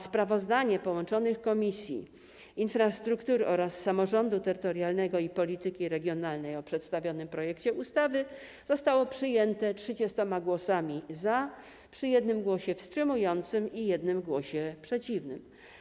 Sprawozdanie połączonych Komisji: Infrastruktury oraz Samorządu Terytorialnego i Polityki Regionalnej o przedstawionym projekcie ustawy zostało przyjęte 30 głosami za, przy 1 głosie wstrzymującym się i 1 głosie przeciw.